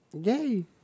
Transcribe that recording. Yay